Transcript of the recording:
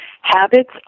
Habits